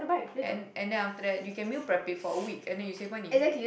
and and then after that you can meal prep before a week and you said funny